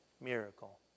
miracle